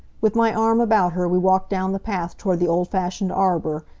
with my arm about her we walked down the path toward the old-fashioned arbor,